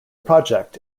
project